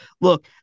look